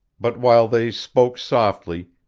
but while they spoke softly,